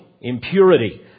impurity